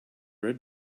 red